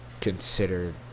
consider